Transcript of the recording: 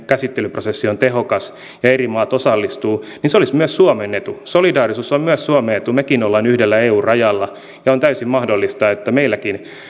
käsittelyprosessi on tehokas ja eri maat osallistuvat olisivat myös suomen etu solidaarisuus on myös suomen etu mekin olemme yhdellä eun rajalla ja on täysin mahdollista että meilläkin